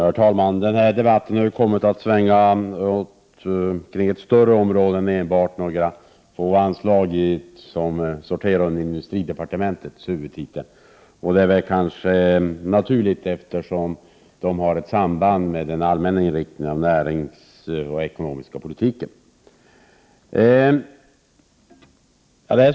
Herr talman! Denna debatt har kommit att beröra ett större område än enbart några få anslag som sorterar under industridepartementets huvudtitel. Det är kanske naturligt, eftersom de har ett samband med den allmänna inriktningen av näringspolitiken och den ekonomiska politiken.